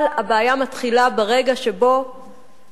אבל הבעיה מתחילה ברגע שבו